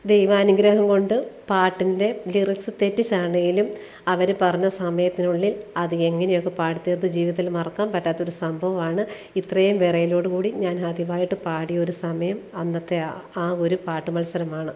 ദൈവാനുഗ്രഹം കൊണ്ട് പാട്ടിൻ്റെ ലിറിക്സ് തെറ്റിച്ചാണെങ്കിലും അവർ പറഞ്ഞ സമയത്തിനുള്ളിൽ അത് എങ്ങനെയൊക്കെയോ പാടിത്തീർത്ത് ജീവിതത്തിൽ മറക്കാൻ പറ്റാത്തൊരു സംഭവമാണ് ഇത്രയും വിറയലോടുകൂടി ഞാനാദ്യമായിട്ട് പാടിയൊരു സമയം അന്നത്തെ ആ ആ ഒരു പാട്ട് മത്സരമാണ്